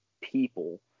people